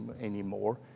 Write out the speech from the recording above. anymore